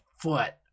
foot